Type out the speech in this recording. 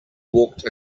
walked